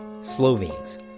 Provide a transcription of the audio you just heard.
Slovenes